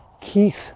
Keith